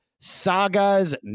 Saga's